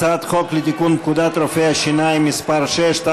הצעת חוק לתיקון פקודת רופאי השיניים (מס' 6),